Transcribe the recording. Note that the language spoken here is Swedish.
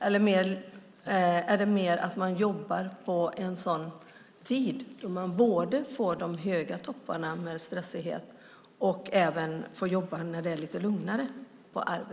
Eller jobbar de vid sådana tider att de får arbeta med både höga toppar och stress och när det är lite lugnare?